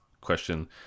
question